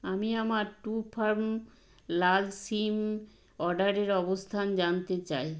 আমি আমার টুফার্ম লাল সিম অর্ডারের অবস্থান জানতে চাই